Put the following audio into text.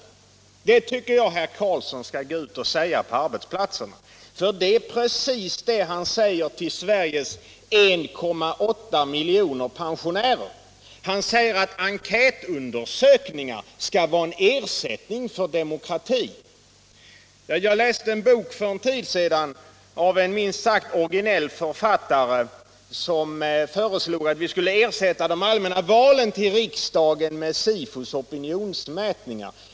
Jag tycker att herr Karlsson skulle gå ut och säga det på arbetsplatserna —- för det är precis det han säger till Sveriges 1,8 miljoner pensionärer. Han säger att enkätundersökningar skall vara en ersättning för demokrati. Jag läste en bok för en tid sedan av en minst sagt originell författare, som föreslog att man skulle ersätta de allmänna valen till riksdagen med SIFO:s opinionsmätningar.